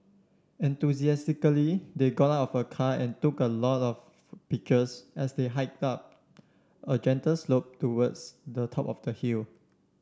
enthusiastically they got out of a car and took a lot of pictures as they hike up a gentle slope towards the top of the hill